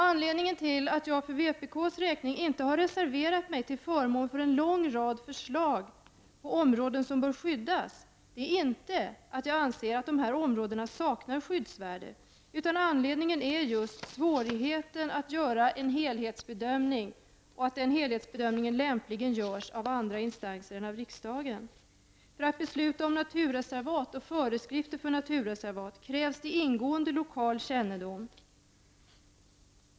Anledningen till att jag som representant för vpk inte har reserverat mig till förmån för en lång rad förslag på områden som bör skyddas är inte att dessa områden saknar skyddsvärde, utan anledningen är just svårigheten att göra en helhetsbedömning. Dessutom skall en sådan bedömning lämpligen göras av andra instanser än riksdagen. För att besluta om naturreservat och föreskrifter för sådana krävs det en ingående lokal kännedom.